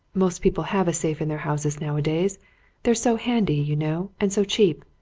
most people have a safe in their houses nowadays they're so handy, you know, and so cheap.